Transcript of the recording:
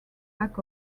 lack